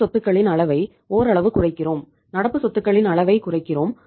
நடப்பு சொத்துக்களின் அளவை ஓரளவு குறைக்கிறோம் நடப்பு சொத்துக்களின் அளவைக் குறைக்கிறோம்